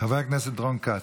חבר הכנסת רון כץ.